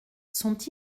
sont